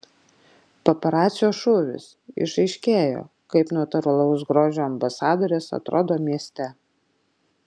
paparacio šūvis išaiškėjo kaip natūralaus grožio ambasadorės atrodo mieste